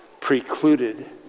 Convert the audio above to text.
precluded